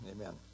Amen